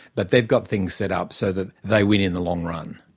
but they've got things set up so that they win in the long run.